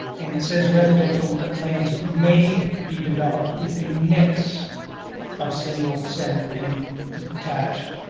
and it says residential lands may be developed with a mix of single, semi and detached,